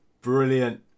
Brilliant